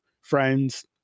friends